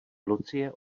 lucie